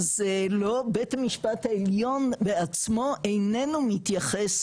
אז לא בית המשפט העליון בעצמו איננו מתייחס